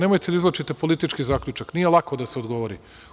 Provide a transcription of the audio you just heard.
Nemojte da izvlačite politički zaključak, nije lako da se odgovori.